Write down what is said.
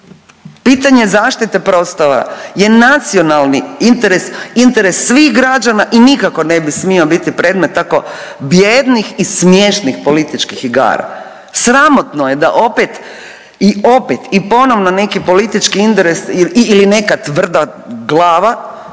Pitanje zaštite prostora je nacionalni interes, interes svih građana i nikako ne bi smio biti predmet tako bijednih i smiješnih političkih igara. Sramotno je da opet i opet i ponovno neki politički interes ili neka tvrda glava